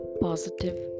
positive